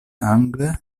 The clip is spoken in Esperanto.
angle